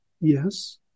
yes